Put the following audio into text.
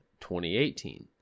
2018